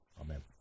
Amen